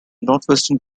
northwestern